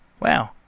Wow